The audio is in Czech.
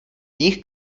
jejich